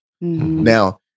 Now